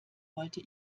wollte